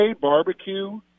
barbecue